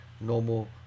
normal